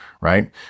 right